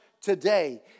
today